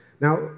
Now